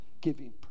giving